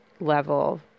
level